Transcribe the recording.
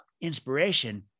Inspiration